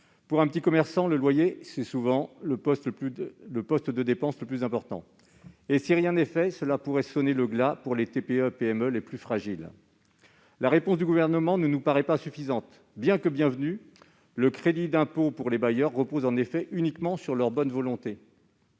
Pour un petit commerçant, le loyer est souvent le poste de dépenses le plus important. Si rien n'est fait, cela pourrait sonner le glas des TPE et PME les plus fragiles. La réponse du Gouvernement ne nous paraît pas suffisante. Certes bienvenu, le crédit d'impôt accordé aux bailleurs repose en effet uniquement sur leur bonne volonté